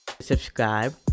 subscribe